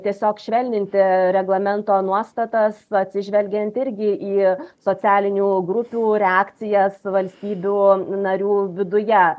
tiesiog švelninti reglamento nuostatas atsižvelgiant irgi į socialinių grupių reakcijas valstybių narių viduje